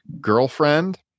girlfriend